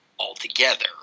altogether